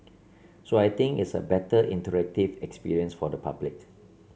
so I think it's a better interactive experience for the public